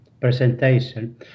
presentation